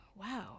Wow